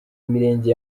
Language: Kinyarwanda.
imirenge